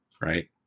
Right